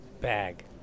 Bag